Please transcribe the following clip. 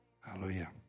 Hallelujah